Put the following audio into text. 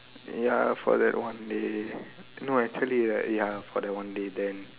ya for that one day no actually right ya for that one day then